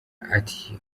ati